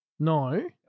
No